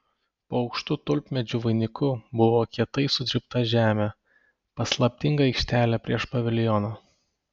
po aukštu tulpmedžių vainiku buvo kietai sutrypta žemė paslaptinga aikštelė prieš paviljoną